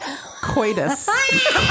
Coitus